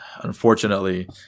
unfortunately